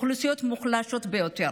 אוכלוסיות מוחלשות ביותר,